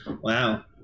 Wow